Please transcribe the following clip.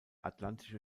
atlantische